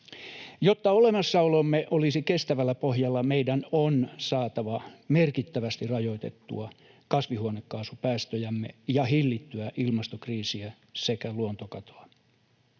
Jotta olemassaolomme olisi kestävällä pohjalla, meidän on saatava merkittävästi rajoitettua kasvihuonekaasupäästöjämme ja hillittyä ilmastokriisiä sekä luontokatoa.